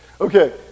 Okay